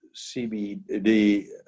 cbd